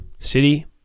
City